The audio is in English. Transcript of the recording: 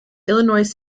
illinois